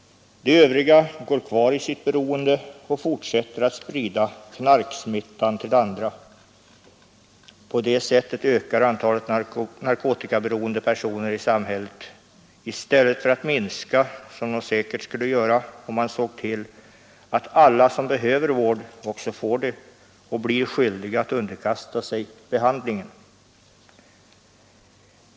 De övriga går kvar i sitt beroende och fortsätter att sprida knarksmittan till andra. På det sättet ökar antalet narkotikaberoende personer i samhället i stället för att minska, som det säkert skulle göra, om man såg till att alla som behöver vård också får det och blir skyldiga att underkasta sig behandlingen.